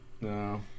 No